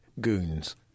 goons